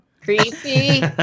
Creepy